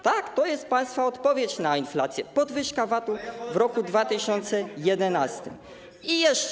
Tak, to jest państwa odpowiedź na inflację: podwyżka VAT w roku 2011.